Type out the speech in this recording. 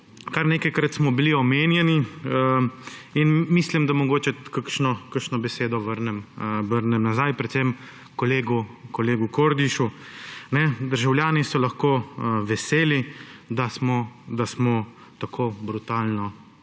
Kar nekajkrat smo bili omenjeni in mislim, da mogoče kakšno besedo vrnem nazaj, predvsem kolegu Kordišu. Državljani so lahko veseli, da smo tako brutalno